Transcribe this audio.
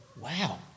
wow